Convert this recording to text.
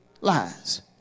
lies